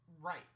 right